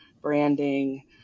branding